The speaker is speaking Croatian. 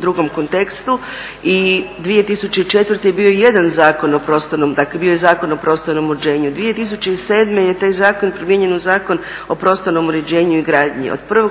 drugom kontekstu i 2004. bio je jedan Zakon o prostornom, dakle bio je Zakon o prostornom uređenju, 2007. je taj zakon promijenjen u Zakon o prostornom uređenju i gradnji.